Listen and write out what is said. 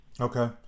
Okay